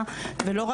אותו.